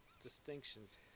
distinctions